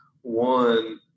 one